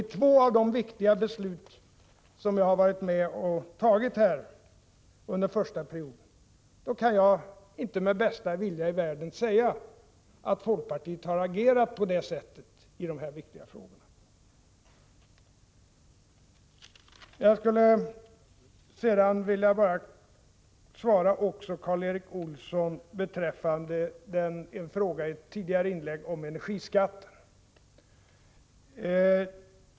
I två av de viktiga beslut som jag har varit med att fatta under den första perioden kan jag inte med bästa vilja i världen säga att folkpartiet har agerat på lämpligt sätt i de här frågorna. Sedan skulle jag bara vilja ge ett svar beträffande Karl Erik Olssons fråga i ett tidigare inlägg om energiskatten.